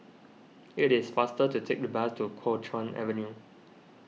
it is faster to take the bus to Kuo Chuan Avenue